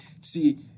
See